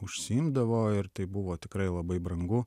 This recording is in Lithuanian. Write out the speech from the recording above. užsiimdavo ir tai buvo tikrai labai brangu